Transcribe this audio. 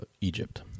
egypt